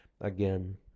again